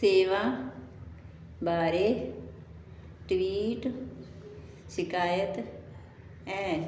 ਸੇਵਾ ਬਾਰੇ ਟਵੀਟ ਸ਼ਿਕਾਇਤ ਏ